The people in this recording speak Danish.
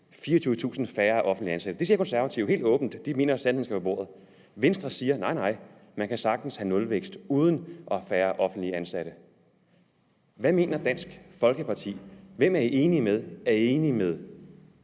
24.000 færre offentligt ansatte. Det siger Konservative helt åbent; de mener jo, at sandheden skal på bordet. Venstre siger: Nej, nej, man kan sagtens have nulvækst uden at have færre offentligt ansatte. Hvad mener Dansk Folkeparti? Hvem er man enige med? Er man enige med